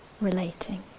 relating